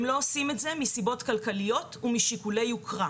הם לא עושים את זה מסיבות כלכליות ומשיקולי יוקרה.